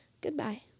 Goodbye